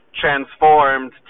transformed